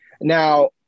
now